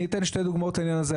אני אתן שתי דוגמאות לעניין הזה,